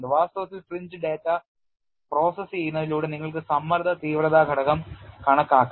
വാസ്തവത്തിൽ fringe data process ചെയ്യുന്നതിലൂടെ നിങ്ങൾക്ക് സമ്മർദ്ദ തീവ്രത ഘടകം കണക്കാക്കാം